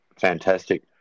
fantastic